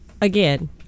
again